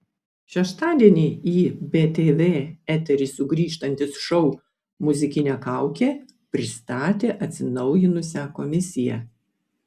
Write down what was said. šeštadienį į btv eterį sugrįžtantis šou muzikinė kaukė pristatė atsinaujinusią komisiją